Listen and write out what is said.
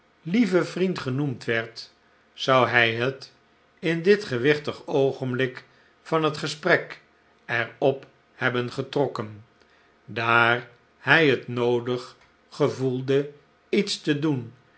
lieve vriend genoemd werd zou hij liet in dit gewichtig opgenblik van het gesprek er op hebben getrokken daar hij het noodig gevoelde iets te doen